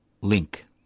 link